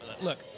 Look